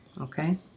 Okay